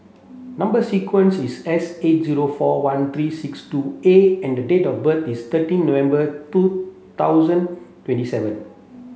number sequence is S eight zero four one three six two A and date of birth is thirteen November two thousand twenty seven